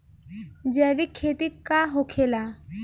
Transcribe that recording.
जैविक खेती का होखेला?